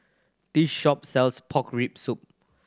this shop sells pork rib soup